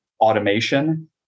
automation